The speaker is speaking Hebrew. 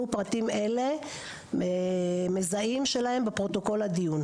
פרטים מזהים שלהם בפרוטוקול הדיון.